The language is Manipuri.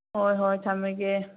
ꯍꯣꯏ ꯍꯣꯏ ꯊꯝꯃꯒꯦ